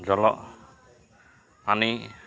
জল পানী